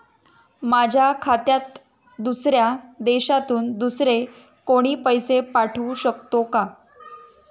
माझ्या खात्यात दुसऱ्या देशातून दुसरे कोणी पैसे पाठवू शकतो का?